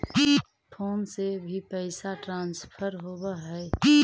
Phone से भी पैसा ट्रांसफर होवहै?